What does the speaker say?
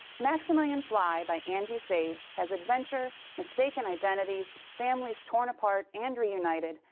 maximillian fly by angie sage has adventure, mistaken identities, families torn apart and reunited,